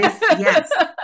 yes